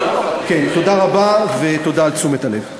תודה רבה ותודה על תשומת הלב.